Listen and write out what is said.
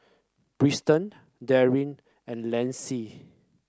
Darrien and Lyndsey